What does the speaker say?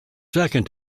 second